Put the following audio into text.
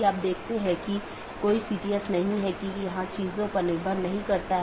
हम देखते हैं कि N1 R1 AS1 है यह चीजों की विशेष रीचाबिलिटी है